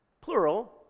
plural